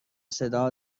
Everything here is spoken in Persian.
صدا